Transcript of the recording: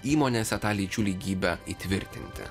įmonėse tą lyčių lygybę įtvirtinti